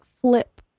flip